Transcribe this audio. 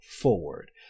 forward